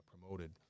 promoted